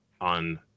on